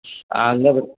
ಹಂಗಾದ್ರ್